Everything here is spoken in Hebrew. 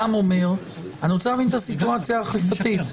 אני רוצה להבין את הסיטואציה האכיפתית,